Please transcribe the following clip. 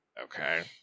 Okay